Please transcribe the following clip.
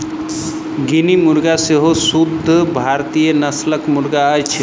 guinea मुर्गा सेहो शुद्ध भारतीय नस्लक मुर्गा अछि